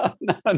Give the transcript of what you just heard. no